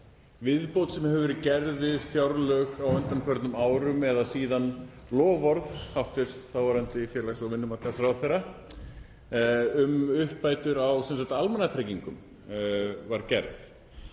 viðbót sem hefur verið gerð í fjárlögum á undanförnum árum eða síðan loforð hæstv. þáverandi félags- og vinnumarkaðsráðherra um uppbætur á almannatryggingum var gert.